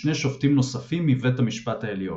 ושני שופטים נוספים מבית המשפט העליון.